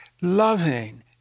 loving